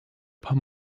paar